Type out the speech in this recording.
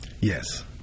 Yes